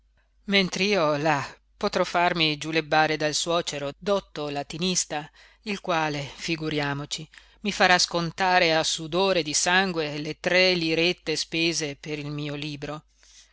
arricchito mentr'io là potrò farmi giulebbare dal suocero dotto latinista il quale figuriamoci mi farà scontare a sudore di sangue le tre lirette spese per il mio libro